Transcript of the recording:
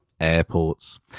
airports